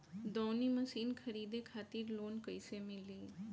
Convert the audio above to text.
दऊनी मशीन खरीदे खातिर लोन कइसे मिली?